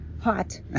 Hot